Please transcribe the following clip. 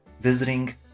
visiting